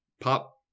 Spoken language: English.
Pop